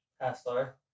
Pastor